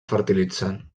fertilitzant